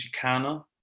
Chicana